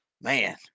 Man